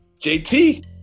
JT